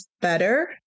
better